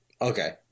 Okay